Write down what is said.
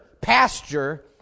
pasture